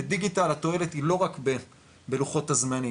ודיגיטל התועלת היא לא רק בלוחות הזמנים,